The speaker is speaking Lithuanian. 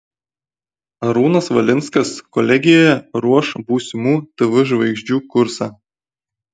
arūnas valinskas kolegijoje ruoš būsimų tv žvaigždžių kursą